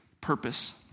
purpose